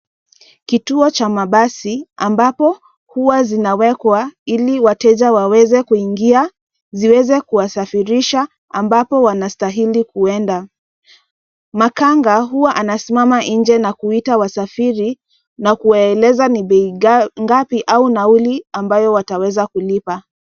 Kituo cha mabasi ambapo huwa zinawekwa ili wateja waweze kuingia, ziweze kuwasafirisha ambapo wanastahili kuenda. Makanga huwa anasimama nje na kuita wasafiri na kuwaeleza ni bei ngapi au nauli wataweza kulipa.